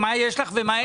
מה יש לך ומה אין לך.